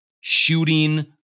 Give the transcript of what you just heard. shooting